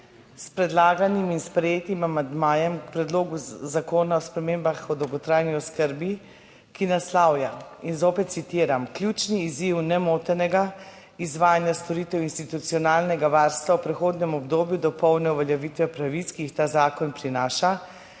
s predlaganim in sprejetim amandmajem k predlogu zakona o spremembah Zakona o dolgotrajni oskrbi, ki naslavlja, spet citiram: »Ključni izziv nemotenega izvajanja storitev institucionalnega varstva v prehodnem obdobju do polne uveljavitve pravic, ki jih ta zakon prinaša,